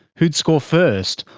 who'd score first,